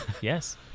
Yes